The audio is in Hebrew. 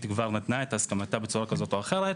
כבר נתנה את הסכמתה בצורה כזו או אחרת,